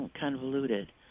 convoluted